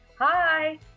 Hi